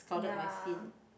ya